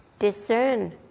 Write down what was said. discern